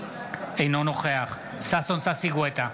אינו נוכח ששון ששי גואטה,